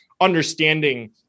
understanding